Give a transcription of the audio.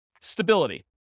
Stability